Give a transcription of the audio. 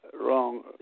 wrong